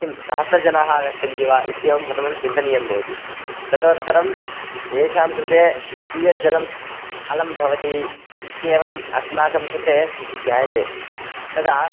किं सहस्रजनाः आगच्छन्ति वा इत्येवं प्रथमं चिन्तनीयं भवति तदुत्तरं तेषां कृते कीयत् जलम् अलं भवति इत्येवम् अस्माकं कृते ज्ञायते तदा